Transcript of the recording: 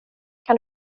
kan